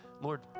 Lord